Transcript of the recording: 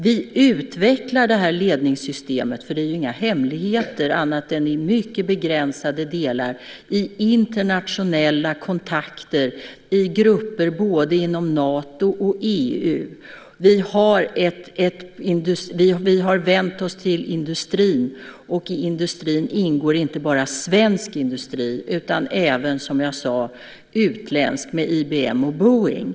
Vi utvecklar det här ledningssystemet - det är ju inga hemligheter, annat än i mycket begränsade delar - i internationella kontakter, i grupper både inom Nato och inom EU. Vi har vänt oss till industrin, och i industrin ingår inte bara svensk industri utan även, som jag sade, utländsk industri, med IBM och Boeing.